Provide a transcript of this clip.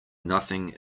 nothing